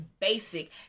basic